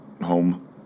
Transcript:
home